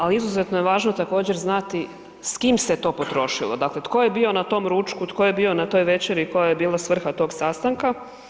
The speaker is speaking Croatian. Ali, izuzetno je važno također, znati s kim se to potrošilo, dakle, tko je bio na tom ručku, tko je bio na toj večeri, koja je bila svrha tog sastanka.